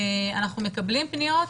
אנחנו מקבלים פניות,